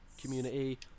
community